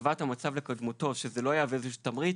להשבת המצב לקדמותו, שזה לא יהווה איזשהו תמריץ.